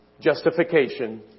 Justification